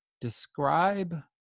describe